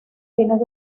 fines